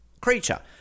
creature